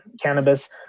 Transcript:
cannabis